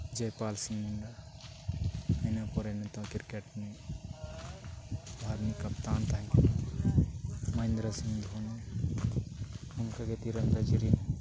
ᱡᱚᱭᱯᱟᱞ ᱥᱤᱝ ᱢᱩᱱᱰᱟ ᱤᱱᱟᱹ ᱯᱚᱨᱮ ᱱᱤᱛᱚᱜ ᱠᱨᱤᱠᱮᱴ ᱨᱤᱱᱤᱡ ᱛᱟᱦᱮᱸ ᱠᱟᱱᱟᱭ ᱢᱚᱦᱮᱱᱫᱨᱚ ᱥᱤᱝ ᱫᱷᱳᱱᱤ ᱚᱱᱠᱟᱜᱮ ᱛᱤᱨᱚᱱᱫᱟᱡᱤ ᱨᱮᱱ